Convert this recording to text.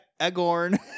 Agorn